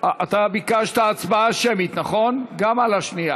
אתה ביקשת הצבעה שמית גם על השנייה,